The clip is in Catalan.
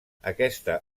aquesta